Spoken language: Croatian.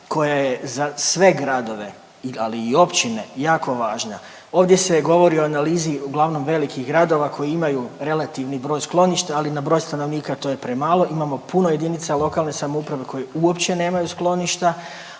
koja je za sve gradove, da li i općine jako važna. Ovdje se govori o analizi uglavnom velikih gradova koji imaju relativni broj skloništa, ali na broj stanovnika, to je premalo, imamo puno jedinica lokalne samouprave koje uopće nemaju skloništa,